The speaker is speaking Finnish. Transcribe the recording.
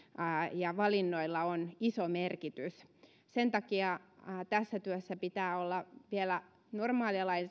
ja valinnoilla on iso merkitys sen takia tässä työssä pitää olla vielä normaalia